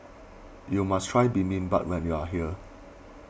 you must try Bibimbap when you are here